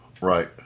Right